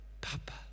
Papa